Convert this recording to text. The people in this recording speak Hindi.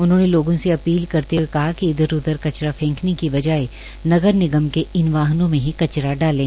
उन्होंने लोगों से अपील करते हुए कहा कि इधर उधर कचरा फैंकने की बजाए नगर निगम के इन वाहनों में ही कचरा डाले